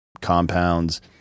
compounds